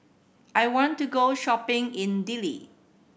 I want to go shopping in Dili